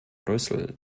brüssel